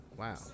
Wow